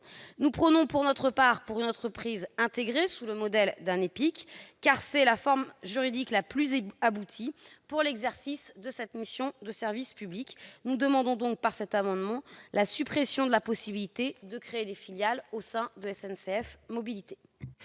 Nous prônons, pour notre part, une entreprise intégrée sous le modèle d'un EPIC, car c'est la forme juridique la plus aboutie pour l'exercice de cette mission de service public. Nous demandons donc, par cet amendement, la suppression de la possibilité de créer des filiales au sein de SNCF Mobilités.